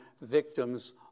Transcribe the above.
victims